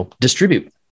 distribute